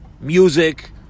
music